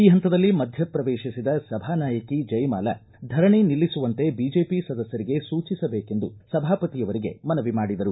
ಈ ಹಂತದಲ್ಲಿ ಮಧ್ಯ ಶ್ರವೇಶಿಸಿದ ಸಭಾನಾಯಕಿ ಜಯಮಾಲಾ ಧರಣಿ ನಿಲ್ಲಿಸುವಂತೆ ಬಿಜೆಪಿ ಸದಸ್ವರಿಗೆ ಸೂಚಿಸಬೇಕೆಂದು ಸಭಾಪತಿಯವರಿಗೆ ಮನವಿ ಮಾಡಿದರು